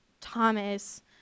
Thomas